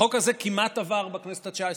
החוק הזה כמעט עבר בכנסת התשע-עשרה.